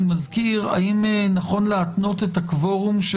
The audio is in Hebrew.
האם נכון להתנות את הקוורום של